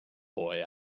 boy